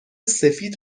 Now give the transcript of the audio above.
سفید